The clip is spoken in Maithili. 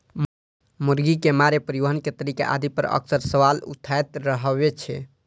मुर्गी के मारै, परिवहन के तरीका आदि पर अक्सर सवाल उठैत रहै छै